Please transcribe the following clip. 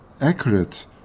accurate